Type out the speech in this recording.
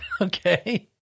okay